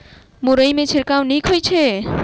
मुरई मे छिड़काव नीक होइ छै?